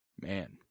Man